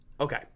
Okay